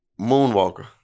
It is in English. Moonwalker